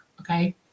okay